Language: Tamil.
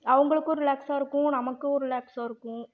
அவங்களுக்கும் ரிலாக்ஸாக இருக்கும் நமக்கும் ரிலாக்ஸாக இருக்கும்